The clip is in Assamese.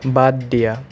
বাদ দিয়া